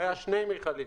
היו שני מכלים.